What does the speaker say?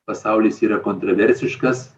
pasaulis yra kontroversiškas